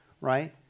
right